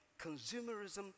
consumerism